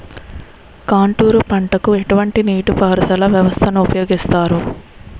Contour పంటకు ఎటువంటి నీటిపారుదల వ్యవస్థను ఉపయోగిస్తారు?